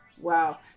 Wow